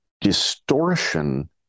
distortion